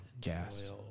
gas